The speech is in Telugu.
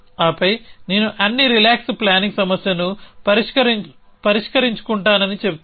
ఆపై నేను అన్ని రిలాక్స్ ప్లానింగ్ సమస్యను పరిష్కరించుకుంటానని చెబుతాను